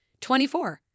24